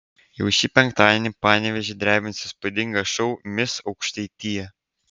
jau šį penktadienį panevėžį drebins įspūdingas šou mis aukštaitija